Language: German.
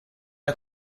der